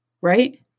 right